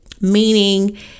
meaning